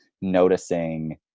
noticing